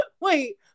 wait